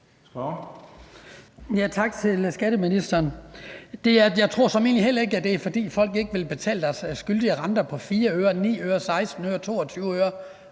Tak til skatteministeren. Jeg tror såmænd heller ikke, at det er, fordi folk ikke vil betale deres skyldige renter på 4 øre, 9 øre, 16 øre, 22 øre,